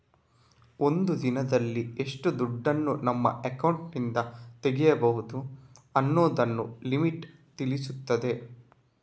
ಒಂದು ದಿನದಲ್ಲಿ ಎಷ್ಟು ದುಡ್ಡನ್ನ ನಮ್ಮ ಅಕೌಂಟಿನಿಂದ ತೆಗೀಬಹುದು ಅನ್ನುದನ್ನ ಲಿಮಿಟ್ ತಿಳಿಸ್ತದೆ